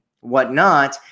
whatnot